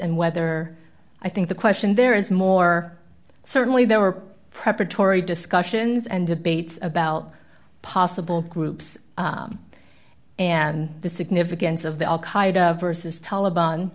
and whether i think the question there is more certainly there were preparatory discussions and debates about possible groups and the significance of the al qaeda versus taliban